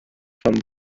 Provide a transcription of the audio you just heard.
from